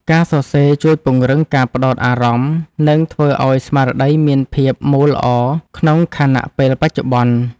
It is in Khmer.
ការសរសេរជួយពង្រឹងការផ្ដោតអារម្មណ៍ និងធ្វើឱ្យស្មារតីមានភាពមូលល្អក្នុងខណៈពេលបច្ចុប្បន្ន។